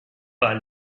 pas